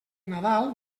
nadal